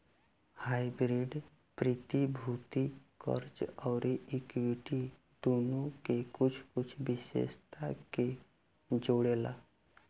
hybrid प्रतिभूति, कर्ज अउरी इक्विटी दुनो के कुछ कुछ विशेषता के जोड़ेला